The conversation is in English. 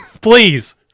please